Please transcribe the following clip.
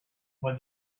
when